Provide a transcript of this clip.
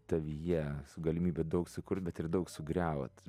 tavyje galimybių daug sukurt bet ir daug sugriaut